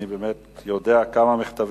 אני קובע שהצעת חוק